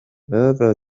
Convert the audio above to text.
ماذا